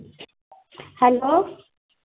hello